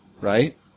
right